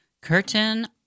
curtain